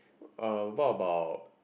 uh what about